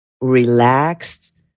relaxed